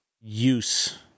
use